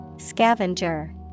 Scavenger